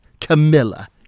Camilla